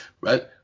Right